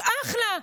אחלה,